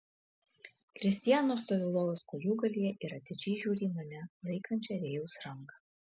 kristijanas stovi lovos kojūgalyje ir atidžiai žiūri į mane laikančią rėjaus ranką